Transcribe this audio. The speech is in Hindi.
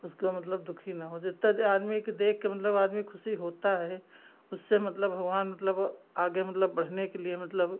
उसको मतलब दुखी न हो जितना आदमी को देखकर मतलब आदमी ख़ुशी होता है उससे मतलब भगवान मतलब आगे मतलब बढ़ने के लिए मतलब